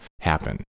happen